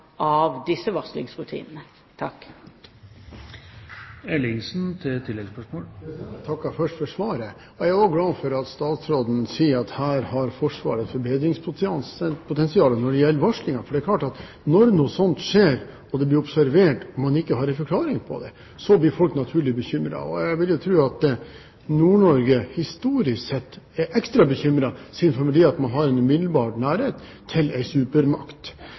av disse varslingsrutinene. Jeg takker først for svaret. Jeg er også glad for at statsråden sier at Forsvaret har et forbedringspotensial når det gjelder varsling, for når noe slikt skjer, og det blir observert, og man ikke har en forklaring på det, blir folk naturligvis bekymret. Jeg vil tro at man i Nord-Norge – historisk sett – blir ekstra bekymret, siden man har en supermakt i umiddelbar nærhet. I så måte synes jeg det er viktig at man fokuserer på å sørge for å få ut informasjon til